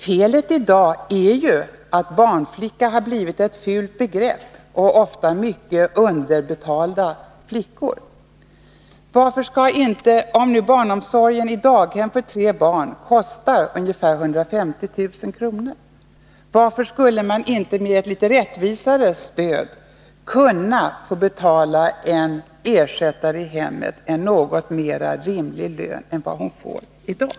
Felet i dag är ju att barnflicka har blivit ett fult begrepp. Det gäller ofta kraftigt underbetalda flickor. Om nu barnomsorg i daghem för tre barn kostar ungefär 150 000 kr. , varför skulle man inte med ett litet mera rättvist stöd kunna få betala en ersättare i hemmet en något mera rimlig lön än hon får i dag?